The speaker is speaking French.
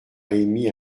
émis